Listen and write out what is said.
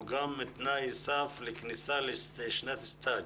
זה תנאי סף לכניסה לשנת התמחות.